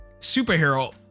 superhero